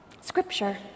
Scripture